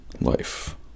life